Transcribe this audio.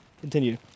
Continue